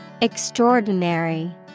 Extraordinary